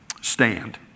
stand